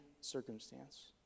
circumstance